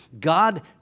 God